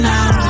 Now